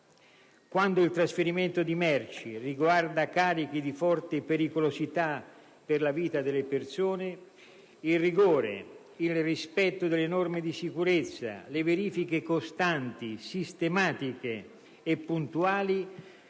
Quando il trasferimento di merci riguarda carichi di forte pericolosità per la vita delle persone, il rigore, il rispetto delle norme di sicurezza, le verifiche costanti, sistematiche e puntuali